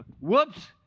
whoops